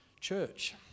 church